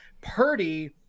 Purdy